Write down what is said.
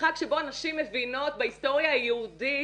בחג שבו הנשים מבינות בהיסטוריה היהודית